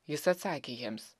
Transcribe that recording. jis atsakė jiems